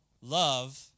love